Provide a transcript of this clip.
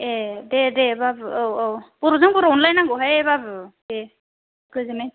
ए दे दे बाबु औ औ बर'जों बर' अनलायनांगौहाय बाबु दे गोजोनो